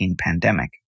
pandemic